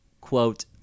quote